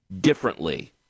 differently